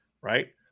right